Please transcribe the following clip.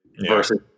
versus